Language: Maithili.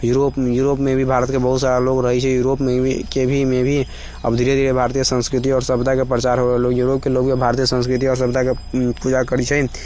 यूरोपमे यूरोपमे भी भारतके बहुत सारा लोक रहै छै यूरोपमे भी के भी मे भी अब धीरे धीरे भारतीय संस्कृति आओर सभ्यताके प्रचार हो रहल हइ यूरोपके लोक भी भारतीय संस्कृति आओर सभ्यताके पूजा करैत छन्हि